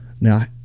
Now